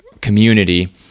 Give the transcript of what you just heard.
Community